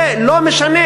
זה לא משנה.